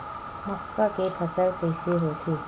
मक्का के फसल कइसे होथे?